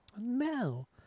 no